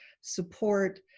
support